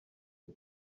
που